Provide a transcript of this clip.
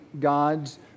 God's